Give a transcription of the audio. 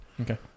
Okay